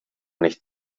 nicht